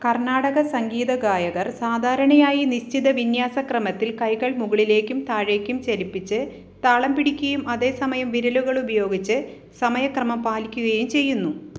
കർണാടക സംഗീത ഗായകർ സാധാരണയായി നിശ്ചിത വിന്യാസക്രമത്തില് കൈകൾ മുകളിലേക്കും താഴേക്കും ചലിപ്പിച്ച് താളം പിടിക്കുകയും അതേസമയം വിരലുകളുപയോഗിച്ച് സമയക്രമം പാലിക്കുകയും ചെയ്യുന്നു